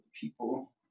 people